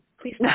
Please